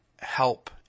help